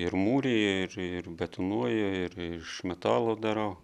ir mūriju ir ir betonuoju ir iš metalo darau